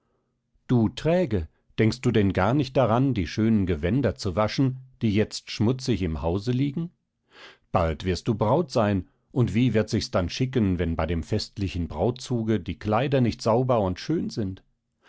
du träge denkst du denn gar nicht daran die schönen gewänder zu waschen die jetzt schmutzig im hause liegen bald wirst du braut sein und wie wird sich's dann schicken wenn bei dem festlichen brautzuge die kleider nicht sauber und schön sind